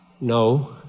No